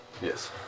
Yes